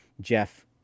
Jeff